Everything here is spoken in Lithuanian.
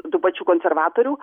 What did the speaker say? tų pačių konservatorių